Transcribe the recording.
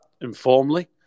informally